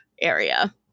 area